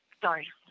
sorry